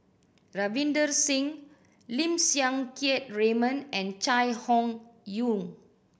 Ravinder Singh Lim Siang Keat Raymond and Chai Hon Yoong